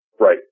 Right